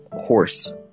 horse